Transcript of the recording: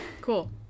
cool